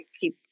keep